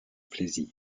plaisir